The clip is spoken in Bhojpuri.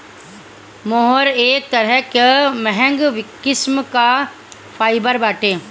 मोहेर एक तरह कअ महंग किस्म कअ फाइबर बाटे